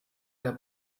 der